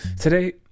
Today